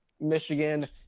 Michigan